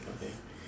okay